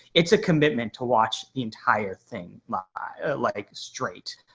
it's a commitment to watch the entire thing like straight.